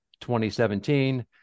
2017